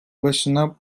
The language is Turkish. başına